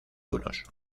unos